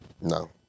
No